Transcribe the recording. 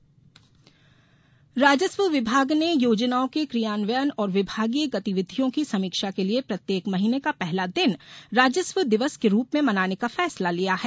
राजस्व दिवस राजस्व विभाग ने योजनाओं के क्रियान्वयन और विभागीय गतिविधियों की समीक्षा के लिये प्रत्येक महीने का पहला दिन राजस्व दिवस के रूप में मनाने का फैसला लिया है